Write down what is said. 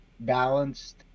balanced